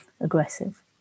aggressive